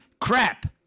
crap